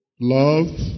love